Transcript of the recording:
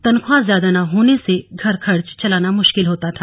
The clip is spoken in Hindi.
तन्ख्वाह ज्यादा न होने से घर खर्च चलाना मुश्किल होता था